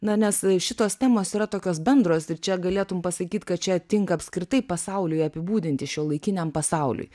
na nes šitos temos yra tokios bendros ir čia galėtum pasakyt kad čia tinka apskritai pasauliui apibūdinti šiuolaikiniam pasauliui